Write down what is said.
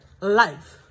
life